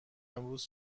امروز